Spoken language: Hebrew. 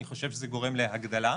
אני חושב שזה גורם להגדלה,